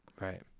Right